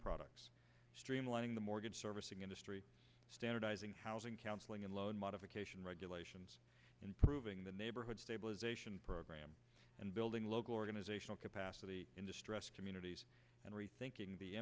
products streamlining the mortgage servicing industry standardizing housing counseling and loan modification regulations improving the neighborhood stabilization program and building local organizational capacity in distress communities and rethinking the